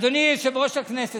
אדוני יושב-ראש הכנסת,